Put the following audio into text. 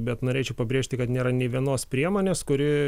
bet norėčiau pabrėžti kad nėra nė vienos priemonės kuri